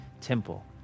temple